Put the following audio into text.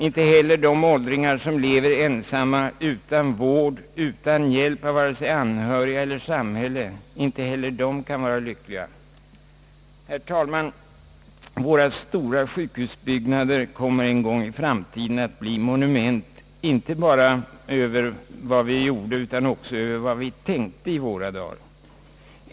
Inte heller de åldringar som lever ensamma, utan vård, utan hjälp av vare sig anhöriga eller samhället, kan vara lyckliga. Herr talman! Våra stora sjukhusbyggnader kommer en gång i framtiden att bli monument inte bara över vad vi gjorde, utan också över vad vi tänkte i våra dagar.